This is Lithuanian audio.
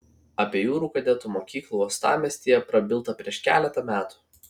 apie jūrų kadetų mokyklą uostamiestyje prabilta prieš keletą metų